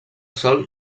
sol